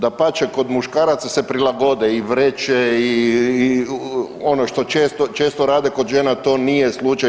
Dapače kod muškaraca se prilagode i vreće i ono što često rade, kod žena to nije slučaj.